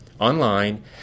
online